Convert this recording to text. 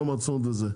יום העצמאות וזה.